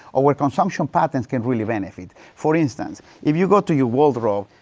our consumption patterns can really benefit. for instance, if you go to your wardrobe,